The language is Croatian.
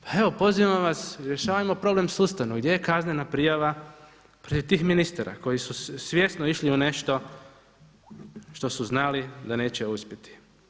Pa evo pozivam vas, rješavajmo problem sustavno, gdje je kaznena prijava pored tih ministara koji su svjesno išli u nešto što su znali da neće uspjeti.